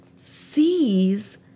sees